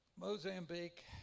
Mozambique